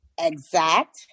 exact